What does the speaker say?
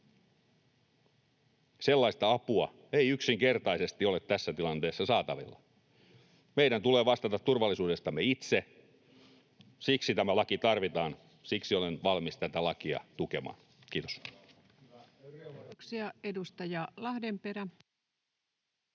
Sellaista apua ei yksinkertaisesti ole tässä tilanteessa saatavilla. Meidän tulee vastata turvallisuudestamme itse. Siksi tämä laki tarvitaan. Siksi olen valmis tätä lakia tukemaan. — Kiitos.